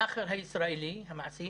המאכר הישראלי, המעסיק,